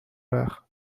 وقت